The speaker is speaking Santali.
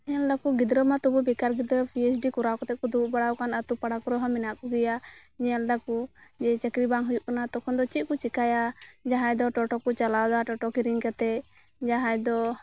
ᱧᱮᱞᱫᱟᱠᱩ ᱜᱤᱫᱽᱨᱟᱹᱢᱟ ᱛᱚᱵᱩ ᱵᱮᱠᱟᱨ ᱜᱤᱫᱽᱨᱟᱹ ᱯᱤᱭᱮᱡᱽᱰᱤ ᱠᱚᱨᱟᱣ ᱠᱟᱛᱮᱫᱠᱩ ᱫᱩᱲᱩᱵ ᱵᱟᱲᱟᱣ ᱟᱠᱟᱱᱟ ᱚᱱᱟ ᱟᱛᱳ ᱯᱟᱲᱟ ᱠᱚᱨᱮᱦᱚᱸ ᱢᱮᱱᱟᱜ ᱠᱩ ᱜᱮᱭᱟ ᱧᱮᱞᱫᱟᱠᱩ ᱡᱮ ᱪᱟᱹᱠᱨᱤ ᱵᱟᱝ ᱦᱩᱭᱩᱜ ᱠᱟᱱᱟ ᱛᱚᱠᱷᱚᱱ ᱫᱚ ᱪᱮᱫᱠᱩ ᱪᱮᱠᱟᱭᱟ ᱡᱟᱦᱟᱸᱭ ᱫᱚ ᱴᱚᱴᱚ ᱠᱩ ᱪᱟᱞᱟᱣᱮᱫᱟ ᱴᱚᱴᱚ ᱠᱤᱨᱤᱧ ᱠᱟᱛᱮᱫ ᱡᱟᱦᱟᱸᱭ ᱫᱚ